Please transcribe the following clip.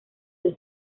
los